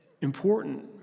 important